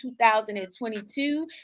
2022